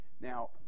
now